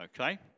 okay